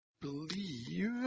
believe